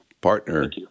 partner